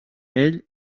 ell